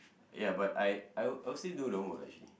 ya but I I would I would still do the homework lah actually